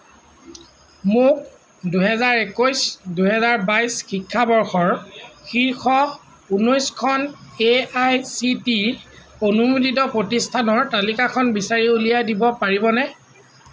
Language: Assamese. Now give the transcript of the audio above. মোক দুহেজাৰ একৈশ দুহেজাৰ বাইশ শিক্ষাবৰ্ষৰ শীৰ্ষ উনৈশখন A I C T E অনুমোদিত প্ৰতিষ্ঠানৰ তালিকাখন বিচাৰি উলিয়াই দিব পাৰিবনে